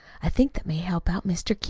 i think, that may help out mr.